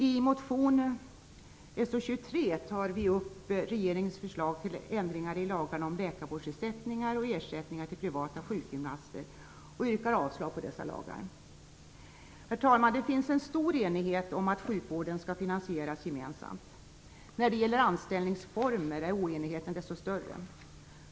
I motion So23 tar vi upp regeringens förslag till ändringar i lagarna om läkarvårdsersättningar och ersättningar till privata sjukgymnaster, och vi yrkar avslag på dessa förslag till ändringar. Herr talman! Det finns en stor enighet om att sjukvården skall finansieras gemensamt. När det gäller anställningsformer är oenigheten desto större.